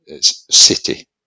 city